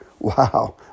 Wow